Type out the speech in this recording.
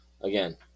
again